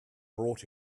brought